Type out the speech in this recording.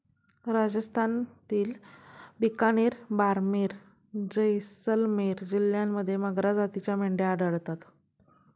राजस्थानातील बिकानेर, बारमेर, जैसलमेर जिल्ह्यांत मगरा जातीच्या मेंढ्या आढळतात